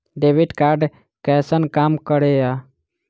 Debit card कैसन काम करेया?